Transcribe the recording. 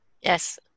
Yes